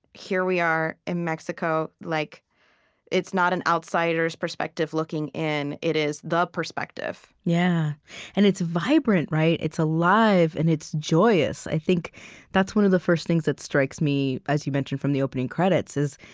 here we are in mexico. like it's not an outsider's perspective looking in it is the perspective yeah and it's vibrant. it's alive, and it's joyous. i think that's one of the first things that strikes me as you mentioned, from the opening credits is,